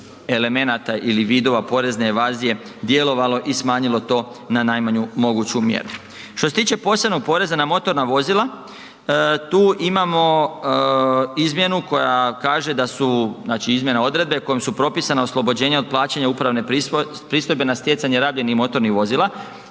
elemenata ili vidova porezne evazije djelovalo i smanjilo to na najmanju moguću mjeru. Što se tiče posebnog poreza na motorna vozila, tu imamo izmjenu koja kaže da su, znači izmjena odredbe kojom su propisana oslobođenja od plaćanja upravne pristojbe na stjecanje rabljenih motornih vozila.